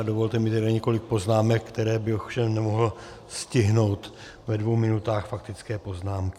Dovolte mi tedy několik poznámek, které bych ovšem nemohl stihnout ve dvou minutách faktické poznámky.